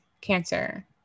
cancer